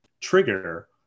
trigger